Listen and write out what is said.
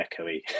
echoey